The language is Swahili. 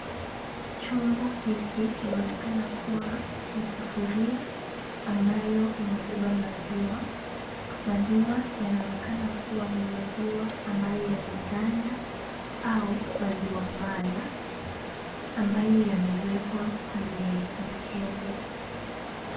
Chombo hiki kinaonekana kuwa ni sufuria ambayo imebeba maziwa. Maziwa yanaonekana kuwa ni maziwa ambayo yameganda au maziwa mala ,ambayo yamewekwa kwenye mkebe.